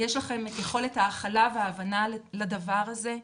יש לכם את יכולת ההכלה וההבנה לדבר הזה?